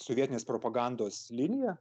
sovietinės propagandos linija